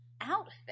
outfit